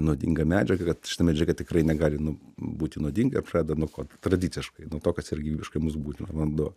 nuodingą medžiagą kad šita medžiaga tikrai negali būti nuodinga ir pradeda nuo tradiciškai nuo to kas yra gyvybiškai mus būtina vanduo